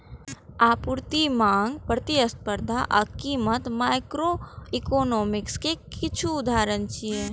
आपूर्ति, मांग, प्रतिस्पर्धा आ कीमत माइक्रोइकोनोमिक्स के किछु उदाहरण छियै